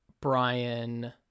Brian